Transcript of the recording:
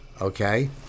Okay